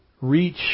reach